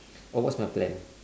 oh what's my plan